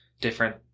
different